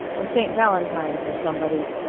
or st. valentine's or somebody's.